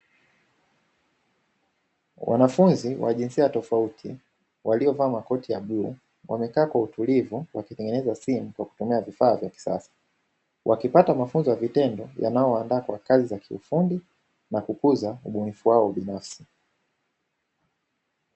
Wanafunzi wa jinsia tofauti waliovaa makoti ya bluu, wamekaa kwa utulivu wakitengeneza simu kwa kutumia vifaa vya kisasa, wakipata mafunzo ya vitendo yanayowaandaa kwa kazi za kiufundi na kukuza ubunifu wao binafsi.